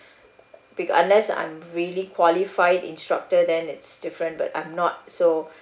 bec~ unless I'm really qualified instructor then it's different but I'm not so